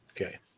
Okay